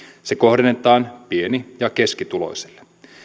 se kohdennetaan pieni ja keskituloisille